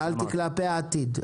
שאלתי לגבי העתיד.